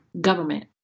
government